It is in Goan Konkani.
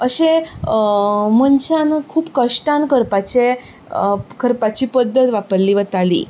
अशें मनशान खूब कश्टान करपाचें करपाची पद्दत वापरली वताली